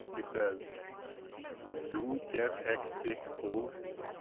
he says nu ged ek thik odni,